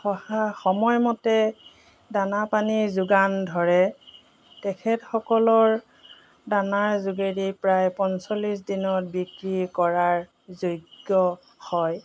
সহায় সময়মতে দানা পানী যোগান ধৰে তেখেতসকলৰ দানাৰ যোগেদি প্ৰায় পঞ্চল্লিছ দিনত বিক্ৰী কৰাৰ যোগ্য হয়